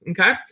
okay